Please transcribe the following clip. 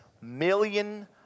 million